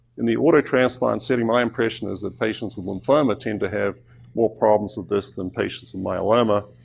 in the auto transplant setting my impression is that patients with lymphoma tend to have more problems with this than patients with myeloma,